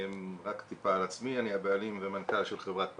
טיפה על עצמי: אני הבעלים והמנכ"ל של חברת Paragon,